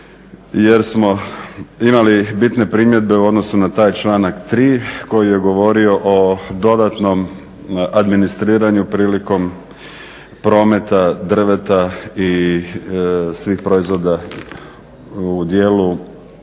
jer smo imali bitne primjedbe u odnosu na taj članak 3.koji je govorio o dodatnom administriranju prilikom prometa drveta i svih proizvoda u dijelu